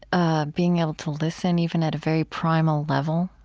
ah being able to listen even at a very primal level,